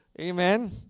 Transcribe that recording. Amen